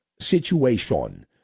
situation